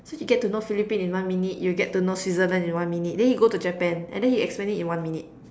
so you get to know Philippines in one minute you'll get to know Switzerland in one minute then he go to Japan and then he explains it in one minute